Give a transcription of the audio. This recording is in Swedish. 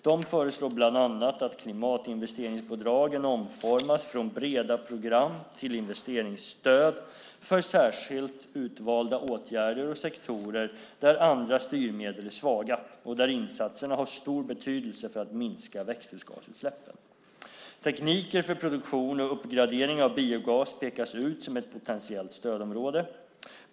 Den föreslår bland annat att klimatinvesteringsbidragen omformas från breda program till investeringsstöd för särskilt utvalda åtgärder och sektorer där andra styrmedel är svaga och där insatserna har stor betydelse för att minska växthusgasutsläppen. Tekniker för produktion och uppgradering av biogas pekas ut som ett potentiellt stödområde.